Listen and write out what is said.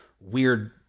weird